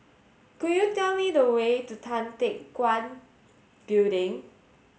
could you tell me the way to Tan Teck Guan Building